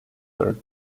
where